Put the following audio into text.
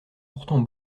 pourtant